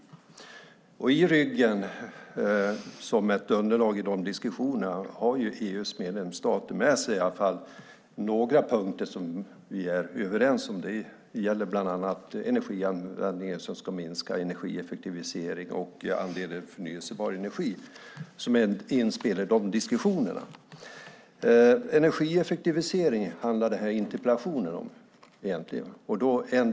EU:s medlemsstater har som ett underlag i dessa diskussioner med sig några punkter som vi är överens om. Det gäller bland annat energianvändningen som ska minska, energieffektivisering och andelen förnybar energi som är inspel i dessa diskussioner. Denna interpellation handlar om en del av energieffektiviseringen.